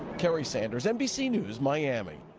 kerry sanders, nbc news, miami.